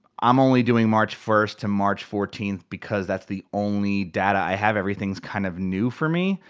i'm only doing march first to march fourteenth because that's the only data i have, everything's kind of new for me,